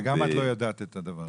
וגם את לא ידעת את הדבר הזה?